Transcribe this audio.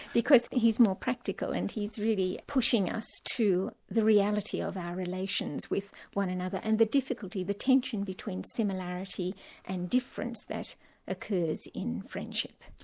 because he's more practical and he's really pushing us to the reality of our relations with one another and the difficulty, the tension between similarity and difference that occurs in friendship.